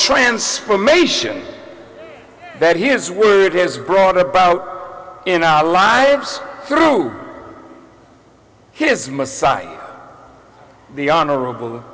transformation that his word has brought about in our lives through his messiah the honorable